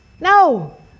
no